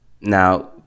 Now